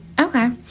Okay